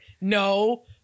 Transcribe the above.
No